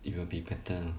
it will be better ah